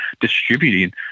distributing